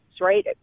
right